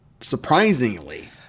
surprisingly